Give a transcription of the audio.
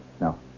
No